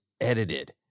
edited